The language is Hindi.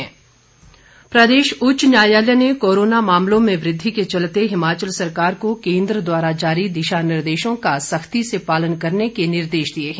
हाईकोर्ट कोविड प्रदेश उच्च न्यायालय ने कोरोना मामलों में वृद्धि के चलते हिमाचल सरकार को केंद्र द्वारा जारी दिशा निर्देशों का सख्ती से पालन करने के निर्देश दिए हैं